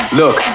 look